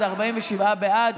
47 בעד,